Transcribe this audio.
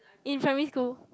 in primary school